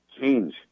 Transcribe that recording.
change